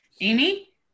amy